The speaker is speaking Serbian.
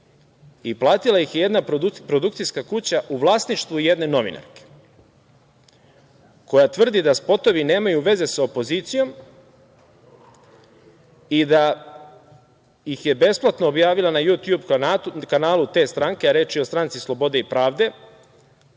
i platila ih je jedna produkcijska kuća u vlasništvu jedne novinarke, koja tvrdi da spotovi nemaju veze sa opozicijom i da ih je besplatno objavila na „jutjub“ kanalu te stranke, a reč je o stranci Slobode i pravde,